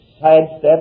sidestep